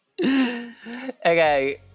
okay